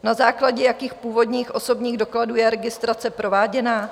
Na základě jakých původních osobních dokladů je registrace prováděna?